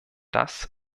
das